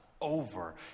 over